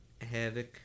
havoc